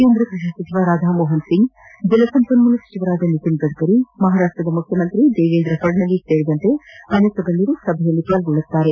ಕೇಂದ್ರ ಕೃಷಿ ಸಚಿವ ರಾಧಾ ಮೋಹನ್ ಸಿಂಗ್ ಜಲ ಸಂಪನ್ಮೂಲ ಸಚಿವ ನಿತಿನ್ ಗಡ್ಡರಿ ಮಹಾರಾಷ್ಟ ಮುಖ್ಯಮಂತ್ರಿ ದೇವೇಂದ್ರ ಪಡ್ನವೀಸ್ ಸೇರಿದಂತೆ ಅನೇಕ ಗಣ್ಯರು ಸಭೆಯಲ್ಲಿ ಪಾಲ್ಗೊಳ್ಳಲಿದ್ದಾರೆ